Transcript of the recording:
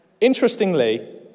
interestingly